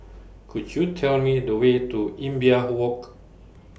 Could YOU Tell Me The Way to Imbiah Walk